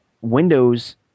Windows